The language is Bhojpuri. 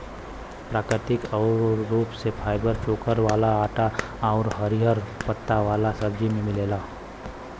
प्राकृतिक रूप से फाइबर चोकर वाला आटा आउर हरिहर पत्ता वाला सब्जी में मिलेला